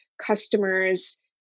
customers